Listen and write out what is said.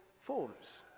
forms